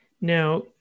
Now